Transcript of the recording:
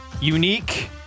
Unique